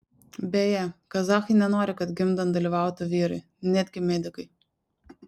beje kazachai nenori kad gimdant dalyvautų vyrai netgi medikai